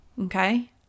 okay